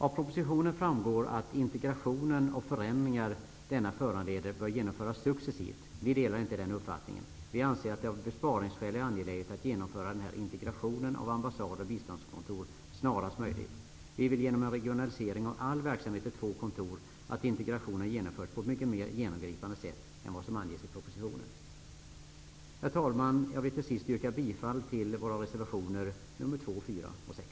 Av propositionen framgår att integrationen och de förändringar denna föranleder bör genomföras successivt. Vi delar inte denna uppfattning. Vi anser att det av besparingsskäl är angeläget att genomföra integrationen av ambassader och biståndskontor snarast möjligt. Vi vill genom en regionalisering av all verksamhet till två kontor att integrationen genomförs på ett mycket mera genomgripande sätt än vad som anges i propositionen. Herr talman! Jag vill till sist yrka bifall till våra reservationer 2, 4 och 6.